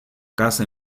casa